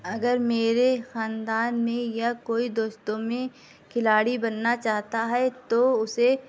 اگر میرے خاندان میں یا کوئی دوستوں میں کھلاڑی بننا چاہتا ہے تو اسے